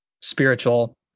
spiritual